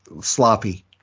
sloppy